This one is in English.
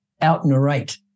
out-narrate